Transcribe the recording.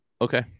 Okay